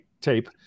tape